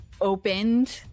opened